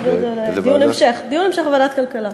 בעד דיון המשך בוועדת הכלכלה.